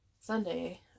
Sunday